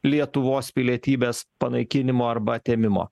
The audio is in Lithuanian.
lietuvos pilietybės panaikinimo arba atėmimo